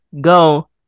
go